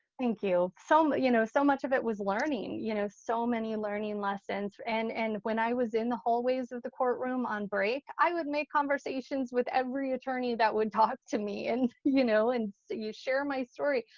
thank you. so you know so much of it was learning. you know so many learning lessons. and and when i was in the hallways of the courtroom on break, i would make conversations with every attorney that would talk to me and you know and share my story.